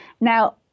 Now